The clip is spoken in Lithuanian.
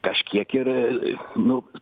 kažkiek ir nu